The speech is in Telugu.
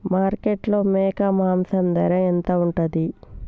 మార్కెట్లో మేక మాంసం ధర ఎంత ఉంటది?